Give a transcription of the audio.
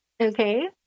okay